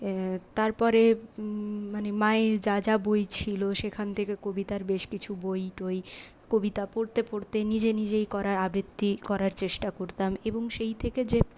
তারপরে মানে মায়ের যা যা বই ছিল সেখান থেকে কবিতার বেশ কিছু বই টই কবিতা পড়তে পড়তে নিজে নিজেই করা আবৃত্তি করার চেষ্টা করতাম এবং সেই থেকে যে